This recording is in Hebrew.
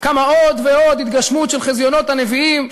כמה עוד ועוד התגשמות של חזיונות הנביאים,